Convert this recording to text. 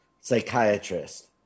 Psychiatrist